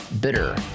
bitter